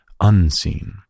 unseen